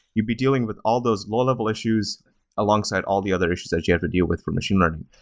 you'd be dealing with all those valuable issues alongside all the other issues that you have to deal with from machine learning.